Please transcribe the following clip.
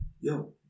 yo